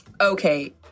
Okay